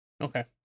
Okay